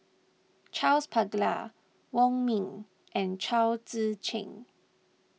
Charles Paglar Wong Ming and Chao Tzee Cheng